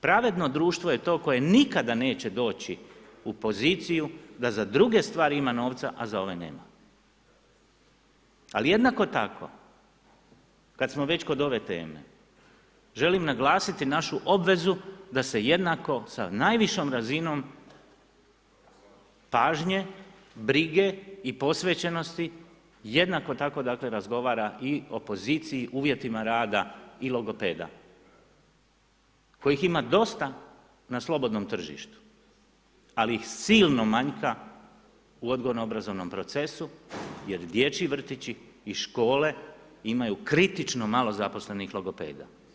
Pravedno društvo je to koje nikada neće doći u poziciju da za druge stvari ima novca a za druge nema, ali jednako tako kad smo već kod ove teme, želim naglasiti našu obvezu da se jednako sa najvišom razinom pažnje, brige i posvećenosti, jednako tako dakle razgovara i o poziciji uvjetima rada i logopeda, kojih ima dosta na slobodnom tržištu ali ih silno manjka u odgojno-obrazovnom procesu jer dječji vrtići i škole imaju kritično malo zaposlenih logopeda.